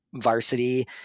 Varsity